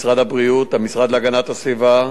משרד הבריאות והמשרד להגנת הסביבה